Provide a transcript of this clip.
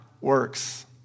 works